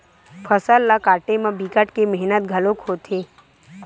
फसल ल काटे म बिकट के मेहनत घलोक होथे